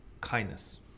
kindness